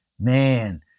man